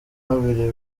babiri